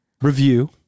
Review